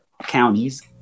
counties